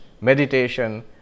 meditation